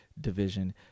division